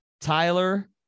Tyler